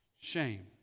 shame